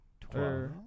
twelve